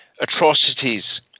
atrocities